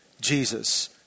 Jesus